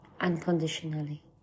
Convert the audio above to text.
unconditionally